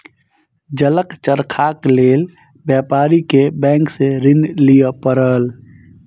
जलक चरखाक लेल व्यापारी के बैंक सॅ ऋण लिअ पड़ल